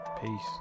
Peace